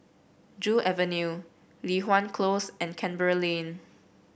Joo Avenue Li Hwan Close and Canberra Lane